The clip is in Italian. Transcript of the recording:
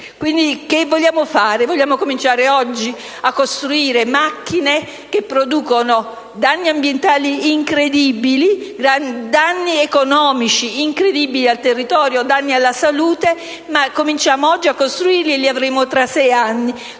Quindi, cosa vogliamo fare? Vogliamo cominciare oggi a costruire macchine che producono danni ambientali incredibili, danni economici incredibili al territorio, danni alla salute? Cominciamo oggi a costruirli e li avremo tra sei anni: